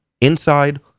inside